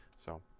so